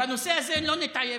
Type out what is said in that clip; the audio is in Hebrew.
בנושא הזה לא נתעייף,